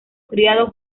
criado